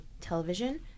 television